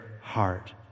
heart